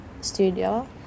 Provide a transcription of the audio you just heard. studio